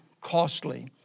costly